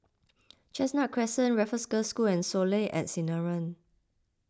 Chestnut Crescent Raffles Girls' School and Soleil at Sinaran